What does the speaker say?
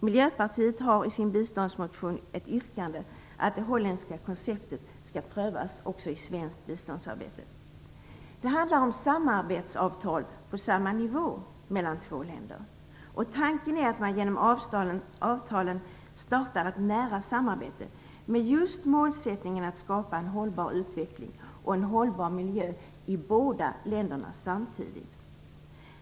Miljöpartiet har i sin biståndsmotion ett yrkande att det holländska konceptet skall prövas också i svenskt biståndsarbete. Det handlar om samarbetsavtal på samma nivå mellan två länder. Tanken är att man genom avtalen startar ett nära samarbete med just målsättningen att skapa en hållbar utveckling och en hållbar miljö i båda länderna samtidigt.